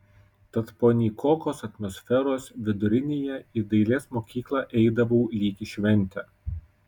tad po nykokos atmosferos vidurinėje į dailės mokyklą eidavau lyg į šventę